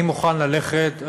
אני מוכן ללכת,